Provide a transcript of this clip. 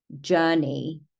journey